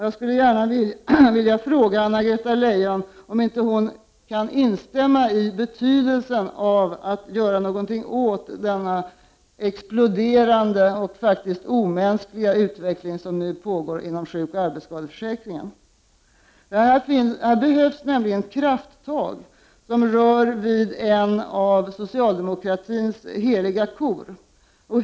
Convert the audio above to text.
Jag skulle vilja fråga Anna-Greta Leijon om inte hon kan instämma i bedömningen att någonting måste göras åt denna exploderande och faktiskt omänskliga utveckling som nu pågår i fråga om sjukoch arbetsskadeförsäkringen. Här behövs krafttag som rör vid en av socialdemokratins heliga kor.